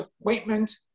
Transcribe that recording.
appointment